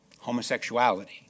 homosexuality